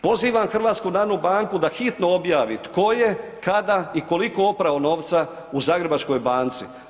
Pozivam HNB da hitno objavi, tko je, kada i koliko opravo novca u Zagrebačkoj banci.